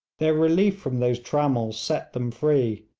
their relief from those trammels set them free,